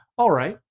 alright,